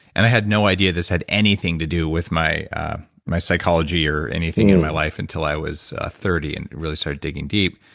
and i had no idea this had anything to do with my my psychology or anything in my life until i was thirty and really started digging deep.